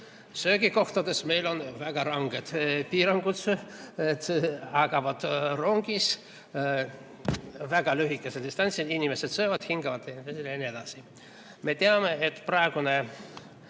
Söögikohtades meil on väga ranged piirangud. Aga vaat rongis väga lühikesel distantsil inimesed söövad, hingavad ja nii edasi. Me teame, et praegune